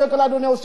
אדוני היושב-ראש,